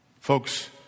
Folks